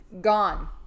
Gone